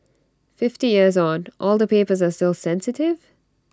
fifty years on all the papers are still sensitive